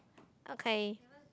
okay